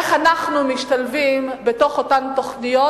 איך אנחנו משתלבים בתוך אותן תוכניות,